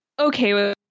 okay